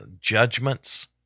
judgments